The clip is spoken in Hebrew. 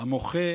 המוחה